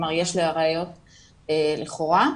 כלומר יש ראיות לכאורה,